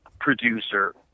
producer